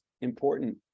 important